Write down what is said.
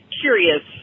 curious